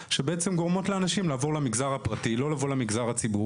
שבעצם גורמות לאנשים לעבור למגזר הפרטי ולא לציבורי.